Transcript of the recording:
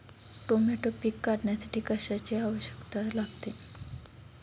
Tomato पीक काढण्यासाठी कशाची आवश्यकता लागते?